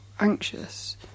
anxious